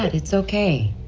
it's ok.